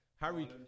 Harry